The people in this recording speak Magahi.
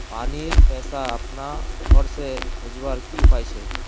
पानीर पैसा अपना घोर से भेजवार की उपाय छे?